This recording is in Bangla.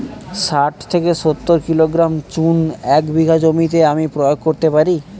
শাঠ থেকে সত্তর কিলোগ্রাম চুন এক বিঘা জমিতে আমি প্রয়োগ করতে পারি?